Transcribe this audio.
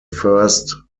first